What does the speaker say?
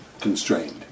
constrained